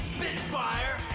Spitfire